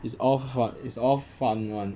it's all fu~ it's all fun [one]